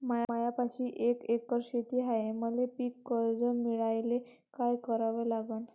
मायापाशी एक एकर शेत हाये, मले पीककर्ज मिळायले काय करावं लागन?